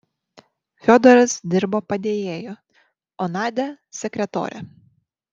fiodoras dirbo padėjėju o nadia sekretore